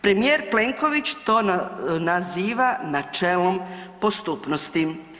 Premijer Plenković to naziva načelom postupnosti.